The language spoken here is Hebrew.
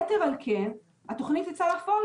יתר על כן, התוכנית כבר יצאה לפועל